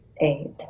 eight